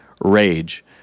rage